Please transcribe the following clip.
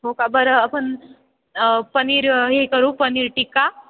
हो का बरं आपण पनीर हे करू पनीर टिक्का